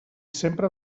sempre